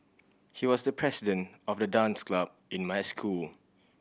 he was the president of the dance club in my school